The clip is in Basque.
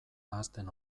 ahazten